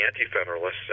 anti-Federalists